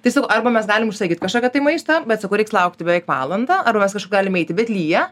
tai sakau arba mes galim užsakyt kažkokio tai maisto bet sakau reiks laukti beveik valandą ar mes galim eiti bet lyja